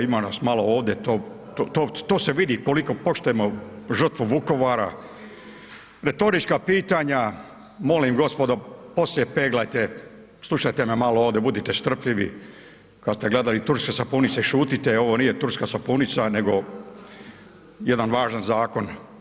Poštovane kolege, evo ima nas malo ovdje, to se vidi koliko poštujemo žrtvu Vukovara, retorička pitanja, molim gospodo, poslije peglajte, slušajte me malo ovdje, budite strpljivi kad ste gledali turske sapunice i šutite, ovo nije turska sapunica nego jedan važan zakon.